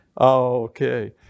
okay